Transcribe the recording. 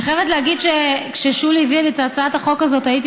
אני חייבת להגיד שכששולי הביאה לי את הצעת החוק הזאת הייתי